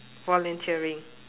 volunteering